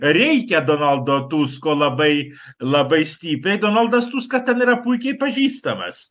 reikia donaldo tusko labai labai stipiai donaldas tuskas ten yra puikiai pažįstamas